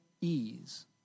Ease